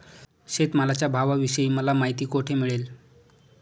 शेतमालाच्या भावाविषयी मला माहिती कोठे मिळेल?